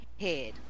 head